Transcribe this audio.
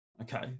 okay